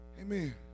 Amen